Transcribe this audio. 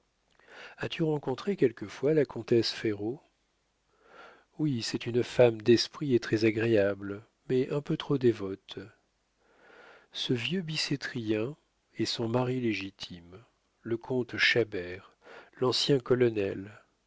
as-tu rencontré quelquefois la comtesse ferraud oui c'est une femme d'esprit et très-agréable mais un peu trop dévote ce vieux bicêtrien est son mari légitime le comte chabert l'ancien colonel